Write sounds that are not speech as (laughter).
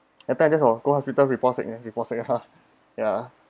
I kind of just for go hospital report sick man report sick ah (laughs) ya